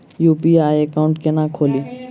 UPI account केना खोलि?